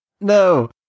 No